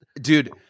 dude